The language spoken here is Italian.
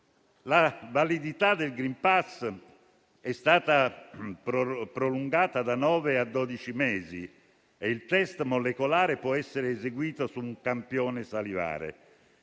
La validità del *green pass* è stata prolungata da nove a dodici mesi e il test molecolare può essere eseguito su un campione salivare.